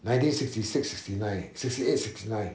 nineteen sixty six sixty nine sixty eight sixty nine